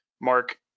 Mark